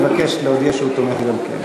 ובכן, 43 תומכים, אין מתנגדים, אין